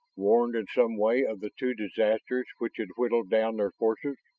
warned in some way of the two disasters which had whittled down their forces?